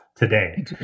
today